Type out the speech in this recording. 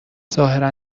ظاهرا